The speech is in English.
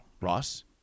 Ross